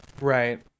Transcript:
Right